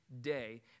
day